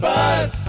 Buzz